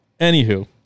Anywho